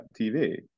TV